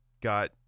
got